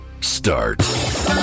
Start